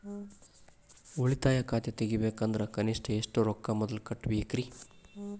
ಉಳಿತಾಯ ಖಾತೆ ತೆಗಿಬೇಕಂದ್ರ ಕನಿಷ್ಟ ಎಷ್ಟು ರೊಕ್ಕ ಮೊದಲ ಕಟ್ಟಬೇಕ್ರಿ?